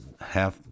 half